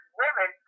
women